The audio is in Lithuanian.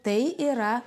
tai yra